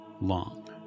long